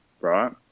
right